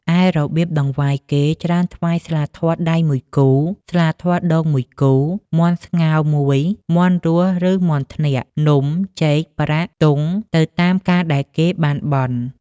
ឯរបៀបតង្វាយគេ ច្រើនថ្វាយស្លាធម៌ដៃ ១គូ ស្លាធម៌ដូង ១គូ មាន់ស្ងោរ ១ មាន់រស់ ឬ មាន់ធ្នាក់ នំ ចេក ប្រាក់ ទង់ ទៅតាម ការដែលគេបានបន់ ។